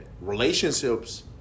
relationships